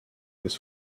this